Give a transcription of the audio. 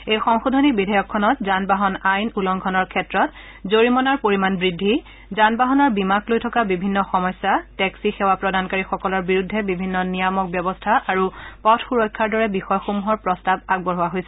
এই সংশোধনী বিধেয়কখনত যান বাহন আইন উলংঘনৰ ক্ষেত্ৰত জৰিমনাৰ পৰিমাণ বৃদ্ধি যান বাহনৰ বীমাক লৈ থকা বিভিন্ন সমস্যা টেঙ্গীসেৱা প্ৰদানকাৰীসকলৰ বিৰুদ্ধে বিভিন্ন নিয়ামক ব্যৱস্থা আৰু পথ সুৰক্ষাৰ দৰে বিষয়সমূহৰ প্ৰস্তাৱ আগবঢ়োৱা হৈছে